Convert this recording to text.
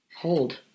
hold